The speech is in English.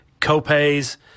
co-pays